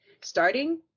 starting